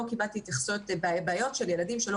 לא קיבלתי התייחסויות על בעיות של ילדים שלא